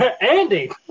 Andy